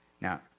Now